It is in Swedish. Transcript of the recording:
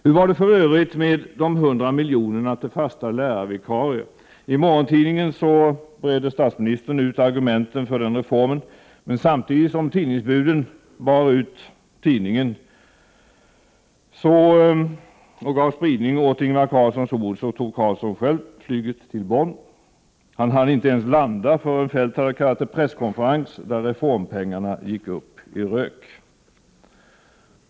Hur var det för övrigt med de 100 miljonerna till fasta lärarvikarier? I morgontidningen bredde statsministern ut argumenten för den reformen. Men samtidigt som tidningsbuden bar ut tidningen och gav spridning åt Ingvar Carlssons ord tog Carlsson själv flyget till Bonn. Han hann inte ens landa förrän Feldt hade kallat till presskonferens, där reformpengarna gick uppirök.